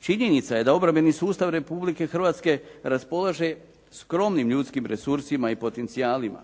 Činjenica je da obrambeni sustav Republike Hrvatske raspolaže skromnim ljudskim resursima i potencijalima.